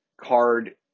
card